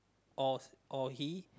or or he